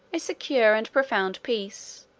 a secure and profound peace,